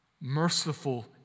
merciful